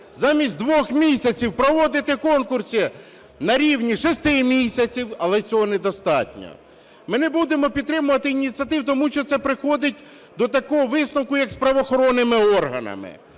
замість 2 місяців проводити конкурси на рівні 6 місяців, але цього недостатньо. Ми не будемо підтримувати ініціативу, тому що це призводить до такого висновку, як із правоохоронними органами.